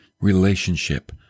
relationship